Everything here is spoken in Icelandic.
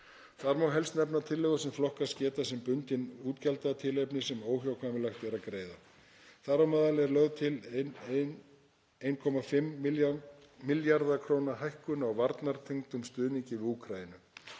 Þar má helst nefna tillögur sem flokkast geta sem bundin útgjaldatilefni sem óhjákvæmilegt er að greiða. Þar á meðal er lögð til 1,5 milljarða kr. hækkun á varnartengdum stuðningi við Úkraínu.